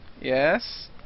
Yes